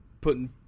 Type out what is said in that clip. putting